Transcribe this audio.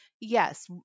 Yes